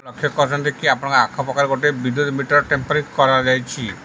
ଲକ୍ଷ୍ୟ କରିଛନ୍ତି କି ଆପଣଙ୍କ ଆଖପଖରେ ଗୋଟେ ବିଦ୍ୟୁତ ମିଟର୍ ଟେମ୍ପରିଂ କରାଯାଇଛି